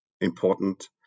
important